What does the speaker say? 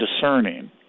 discerning